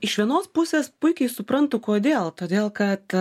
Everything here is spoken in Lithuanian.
iš vienos pusės puikiai suprantu kodėl todėl kad